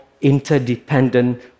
interdependent